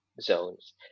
zones